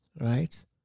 right